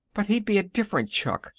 but he'd be a different chuck,